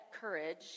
courage